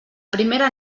primera